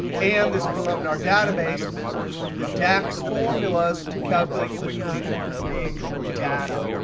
and this columnar database works with the dax formulas to calculate quickly on big data.